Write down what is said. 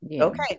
Okay